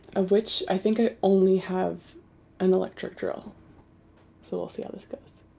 of which i think i only have an electric drill so we'll see how this goes